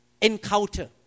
Encounter